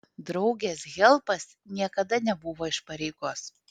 draugės helpas niekada nebuvo iš pareigos